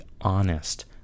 honest